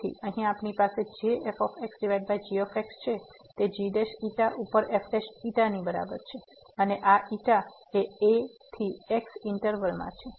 તેથી અહીં આપણી પાસે જે f g છે તે gξ ઉપર fξ ની બરાબર છે અને આ ξ એ a થી x ઈન્ટરવલ માં છે